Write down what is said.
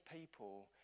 people